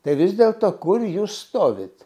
tai vis dėlto kur jūs stovit